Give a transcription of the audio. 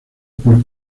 por